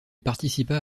participa